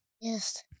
Yes